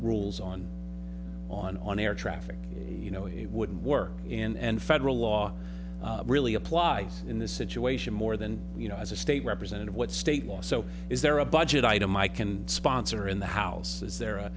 rules on on on air traffic you know he would work in and federal law really applies in this situation more than you know as a state representative what's so is there a budget item i can sponsor in the house is there a